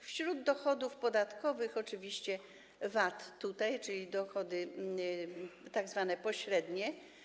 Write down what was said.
Wśród dochodów podatkowych - oczywiście VAT, czyli dochody tzw. pośrednie.